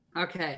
Okay